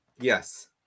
Yes